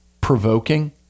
provoking